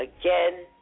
again